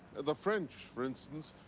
the french, for instance,